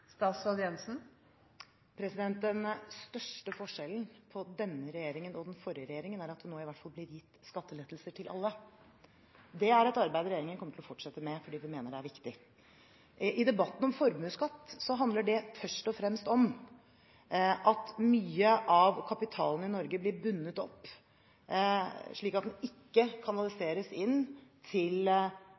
Den største forskjellen på denne regjeringen og den forrige regjeringen er at det nå i hvert fall blir gitt skattelettelser til alle. Det er et arbeid regjeringen kommer til å fortsette med, fordi den mener det er viktig. I debatten om formuesskatt handler det først og fremst om at mye av kapitalen i Norge blir bundet opp, slik at den ikke kanaliseres inn til